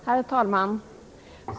Herr talman!